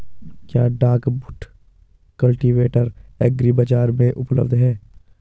क्या duck foot cultivator agri बाज़ार में उपलब्ध है?